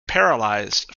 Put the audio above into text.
paralyzed